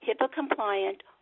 HIPAA-compliant